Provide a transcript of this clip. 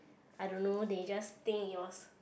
I don't know they just think it's yours